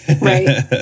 right